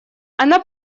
она